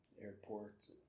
airports